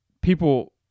people